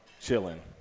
Chilling